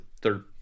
third